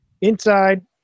Inside